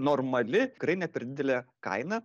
normali tikrai nei per didelė kaina